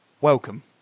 welcome